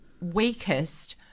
weakest